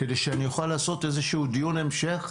כדי שאני אוכל לעשות איזשהו דיון המשך,